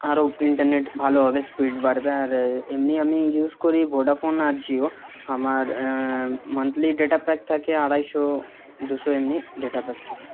আরও ইন্টারনেট ভালো হবে স্পিড বাড়বে আর এমনি আমি ইউজ করি ভোডাফোন আর জিও আমার মান্থলি ডেটা প্যাক থাকে আড়াইশো দুশো এমনি ডেটা প্যাক থাকে